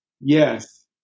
yes